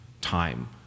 time